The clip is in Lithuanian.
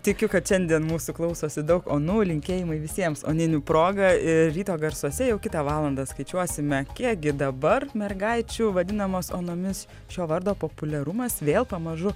tikiu kad šiandien mūsų klausosi daug onų linkėjimai visiems oninių proga ryto garsuose jau kitą valandą skaičiuosime kiek gi dabar mergaičių vadinamos onomis šio vardo populiarumas vėl pamažu